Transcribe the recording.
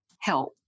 help